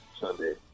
Sunday